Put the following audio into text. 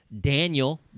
Daniel